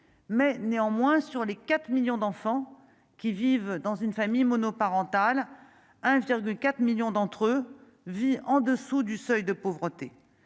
mais néanmoins sur les 4 millions d'enfants qui vivent dans une famille monoparentale 1,4 1000000 d'entre eux vit en dessous du seuil de pauvreté,